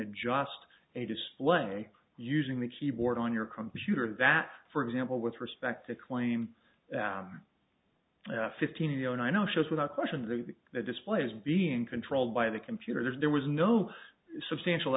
adjust a display using the keyboard on your computer that for example with respect to claim fifteen yo and i know shows without question that display is being controlled by the computer there's there was no substantial